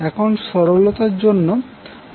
এখন সরলতার জন্য আমরা সুষম লোড ধরে নিচ্ছি